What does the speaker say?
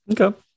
Okay